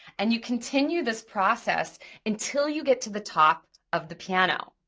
and you continue this process until you get to the top of the piano.